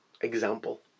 example